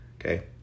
Okay